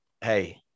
hey